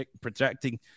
projecting